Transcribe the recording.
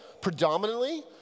predominantly